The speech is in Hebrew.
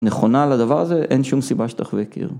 נכונה לדבר הזה, אין שום סיבה שתחווה קיר